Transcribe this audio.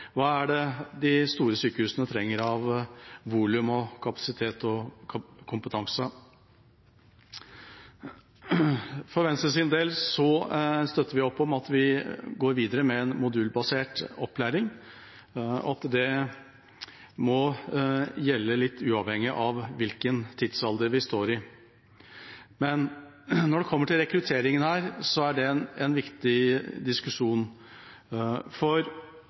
Hva er det behov for ved et mindre sykehus, og hva trenger de store sykehusene av volum, kapasitet og kompetanse? For Venstres del støtter vi opp om at vi går videre med en modulbasert opplæring, og at det må gjelde litt uavhengig av hvilken tidsalder vi står i. Men når det kommer til rekrutteringen, er det en viktig diskusjon.